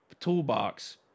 toolbox